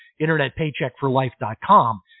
internetpaycheckforlife.com